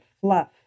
fluff